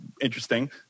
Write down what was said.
interesting